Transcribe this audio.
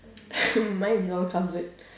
mine is all covered